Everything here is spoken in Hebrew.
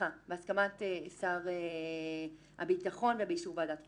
בהסכמת שר הביטחון ובאישור ועדת חוקה".